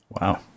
Wow